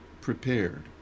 prepared